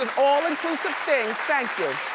all-inclusive thing, thank you.